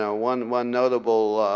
so one one notable